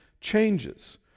changes